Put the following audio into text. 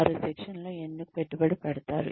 వారు శిక్షణలో ఎందుకు పెట్టుబడి పెడతారు